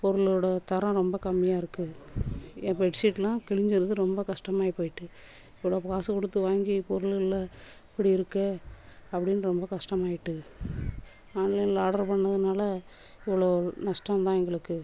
பொருளோட தரம் ரொம்ப கம்மியாக இருக்கு என் பெட் சீட் எல்லாம் கிழிஞ்சிருது ரொம்ப கஸ்டமாகி போய்விட்டு இவ்வளோ காசு கொடுத்து வாங்கி பொருள் எல்லா இப்படி இருக்கே அப்படின்னு ரொம்ப கஷ்டமாயிட்டு ஆன்லைனில் ஆர்டர் பண்ணதுனால இவ்வளோ நஷ்டம் தான் எங்களுக்கு